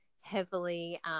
heavily